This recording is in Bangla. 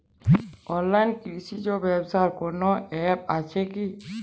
অনলাইনে কৃষিজ ব্যবসার কোন আ্যপ আছে কি?